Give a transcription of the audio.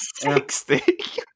60